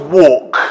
walk